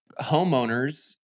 homeowners